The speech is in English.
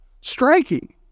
Striking